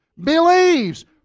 Believes